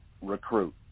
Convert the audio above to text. recruit